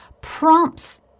prompts